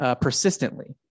persistently